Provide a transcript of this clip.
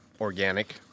organic